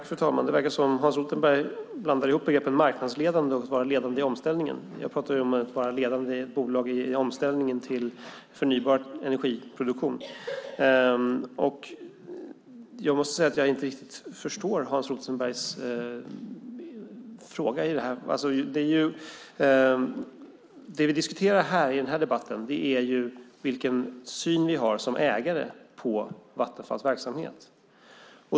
Fru talman! Det verkar som att Hans Rothenberg blandar ihop begreppen marknadsledande och att vara ledande i omställningen. Jag pratar om att vara ledande i omställningen till förnybar energiproduktion. Jag måste säga att jag inte riktigt förstår Hans Rothenbergs fråga. Det vi diskuterar i den här debatten är vilken syn vi som ägare har på Vattenfalls verksamhet.